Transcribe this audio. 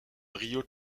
río